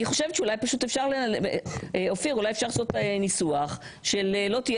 אני חושבת שאולי פשוט אפשר לעשות ניסוח שלא תהיה